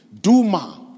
Duma